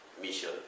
mission